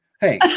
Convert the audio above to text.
hey